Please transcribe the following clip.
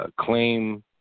claim